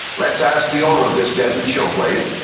let's ask the owner of this desert showplace,